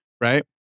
right